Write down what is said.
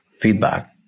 feedback